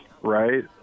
right